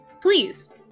Please